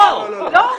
לא.